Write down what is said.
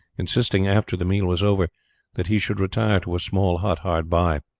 insisting after the meal was over that he should retire to a small hut hard by.